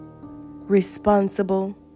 Responsible